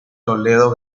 toledo